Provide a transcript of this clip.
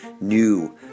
new